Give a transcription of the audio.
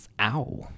Ow